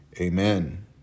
Amen